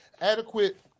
adequate